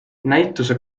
näituse